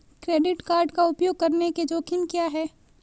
Credit card का उपयोग करने के जोखिम क्या हैं?